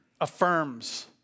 affirms